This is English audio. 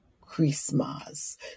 Christmas